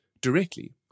directly